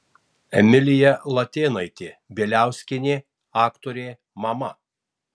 emilija latėnaitė bieliauskienė aktorė mama